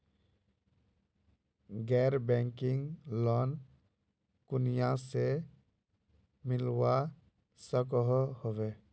गैर banking loan कुनियाँ से मिलवा सकोहो होबे?